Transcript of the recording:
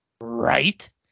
Right